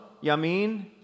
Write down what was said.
Yamin